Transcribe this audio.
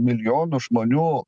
milijonų žmonių